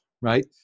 right